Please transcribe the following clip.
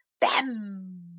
bam